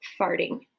farting